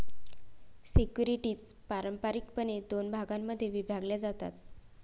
securities पारंपारिकपणे दोन भागांमध्ये विभागल्या जातात